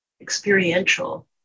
experiential